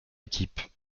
équipe